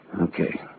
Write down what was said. Okay